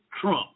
Trump